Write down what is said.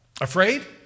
Afraid